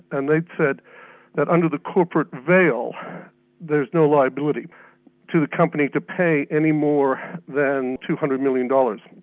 and they said that under the corporate veil there's no liability to the company to pay any more than two hundred million dollars.